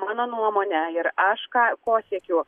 mano nuomone ir aš ką ko siekiu